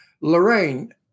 Lorraine